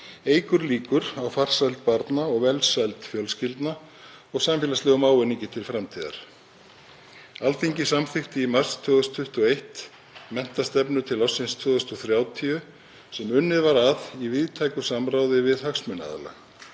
eykur líkur á farsæld barna og velsæld fjölskyldna og samfélagslegum ávinningi til framtíðar. Alþingi samþykkti í mars 2021 menntastefnu til ársins 2030 sem unnið var að í víðtæku samráði við hagsmunaaðila.